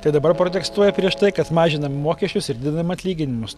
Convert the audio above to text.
tai dabar protestuoja prieš tai kad mažinam mokesčius ir didinam atlyginimus